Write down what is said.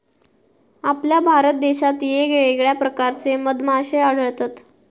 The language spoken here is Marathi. आपल्या भारत देशात येगयेगळ्या प्रकारचे मधमाश्ये आढळतत